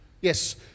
Yes